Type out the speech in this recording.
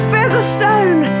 Featherstone